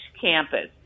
campus